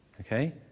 okay